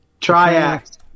Triax